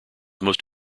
most